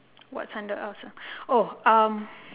what's under else ah oh um